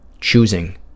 choosing